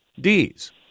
Ds